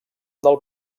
del